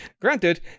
granted